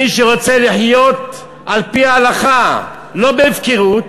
מי שרוצה לחיות על-פי ההלכה, לא בהפקרות,